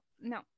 no